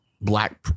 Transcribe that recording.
black